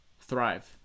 thrive